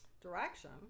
direction